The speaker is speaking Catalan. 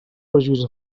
perjuís